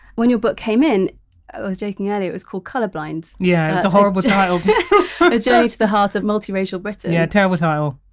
when your book came in, i was joking earlier that it was called colour blind yeah that's a horrible title a journey to the heart of multiracial britain yeah a terrible title